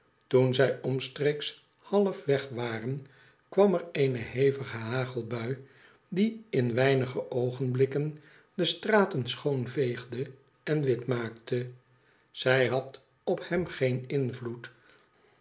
toen zij omstreeks halfweg waren kwam er eene hevige hagelbui die in weinige oogenblikken de straten schoonveegde en witmaakte zij had op hem geen invloed